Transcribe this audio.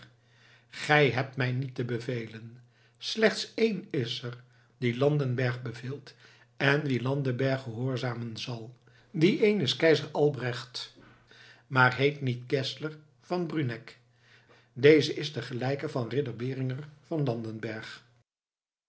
gij hebt mij niet te bevelen slechts één is er die landenberg beveelt en wien landenberg gehoorzamen zal die één is keizer albrecht maar heet niet geszler van bruneck deze is de gelijke van ridder beringer van